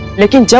listen